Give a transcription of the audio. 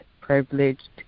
privileged